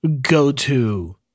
go-to